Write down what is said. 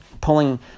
pulling